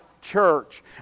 church